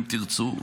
אם תרצו.